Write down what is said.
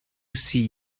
see